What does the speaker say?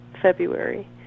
February